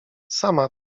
sama